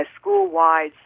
school-wide